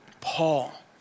Paul